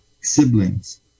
siblings